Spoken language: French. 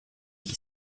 qui